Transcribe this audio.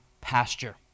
pasture